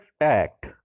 Act